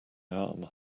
arm